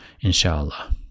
inshallah